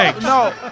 No